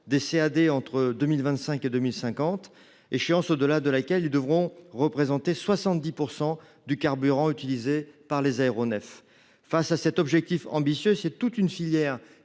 durables entre 2025 et 2050, échéance au delà de laquelle ils devront représenter 70 % du carburant utilisé par les aéronefs. Pour atteindre cet objectif ambitieux, c’est toute une filière